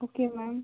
okay ma'am